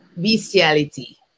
bestiality